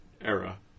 era